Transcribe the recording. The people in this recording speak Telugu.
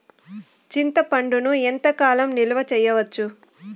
చింతపండును ఎంత కాలం నిలువ చేయవచ్చు?